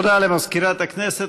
תודה למזכירת הכנסת.